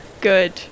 good